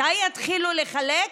מתי יתחילו לחלק?